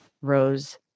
rose